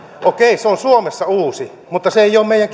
okei se on suomessa uutta mutta se ei ole meidän